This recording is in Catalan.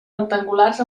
rectangulars